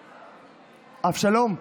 אבשלום,